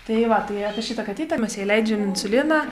tai va tai apie šitą katytę mes jai leidžiam insuliną